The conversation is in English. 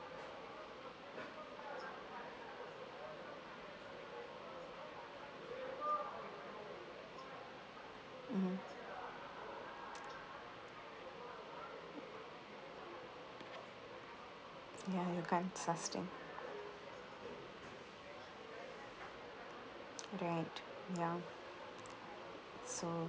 mmhmm ya you can't sustain right ya so